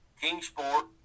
Kingsport